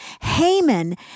Haman